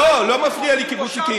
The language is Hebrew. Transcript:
לא, לא מפריע לי קיבוצניקים.